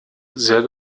sehr